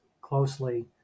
closely